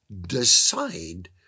decide